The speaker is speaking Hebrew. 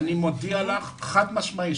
אני מודיע לך חד משמעית,